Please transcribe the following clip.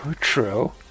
true